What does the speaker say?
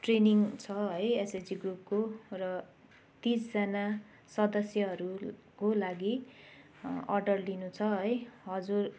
training छ है SHG ग्रुपको र तिसजना सदस्यहरूको लागि अर्डर लिनु छ है हजुर